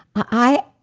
i.